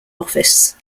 office